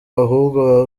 ahubwo